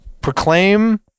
proclaim